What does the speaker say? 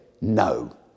no